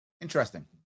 Interesting